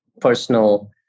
personal